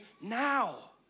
now